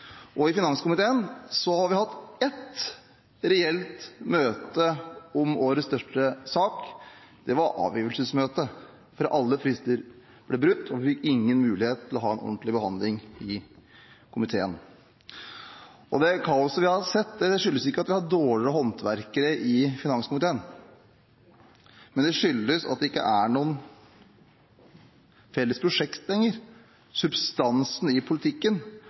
etterkant. I finanskomiteen har vi hatt ett reelt møte om årets største sak, det var avgivelsesmøtet. Alle frister ble brutt, og vi fikk ingen mulighet til å ha en ordentlig behandling i komiteen. Det kaoset vi har sett, skyldes ikke at vi har hatt dårligere håndverkere i finanskomiteen, men det skyldes at det ikke er noe felles prosjekt lenger – substansen i politikken